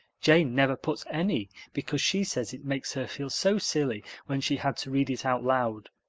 jane never puts any because she says it makes her feel so silly when she had to read it out loud.